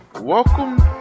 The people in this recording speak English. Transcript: welcome